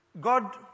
God